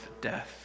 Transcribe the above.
death